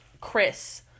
Chris